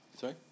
Sorry